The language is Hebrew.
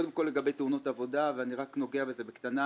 לגבי תאונות עבודה, אגע בקצרה,